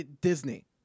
Disney